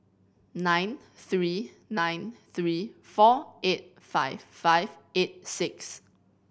nine three nine three four eight five five eight six